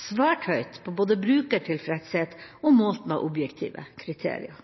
svært høyt både på brukertilfredshet og målt med objektive kriterier.